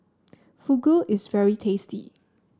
Fugu is very tasty